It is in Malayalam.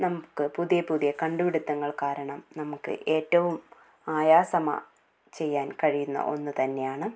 നമുക്ക് പുതിയ പുതിയ കണ്ടുപിടുത്തങ്ങൾ കാരണം നമുക്ക് ഏറ്റവും ആയാസമായി ചെയ്യാൻ കഴിയുന്ന ഒന്ന് തന്നെയാണ്